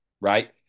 right